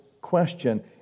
question